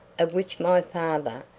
of which my father,